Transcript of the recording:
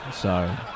Sorry